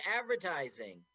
advertising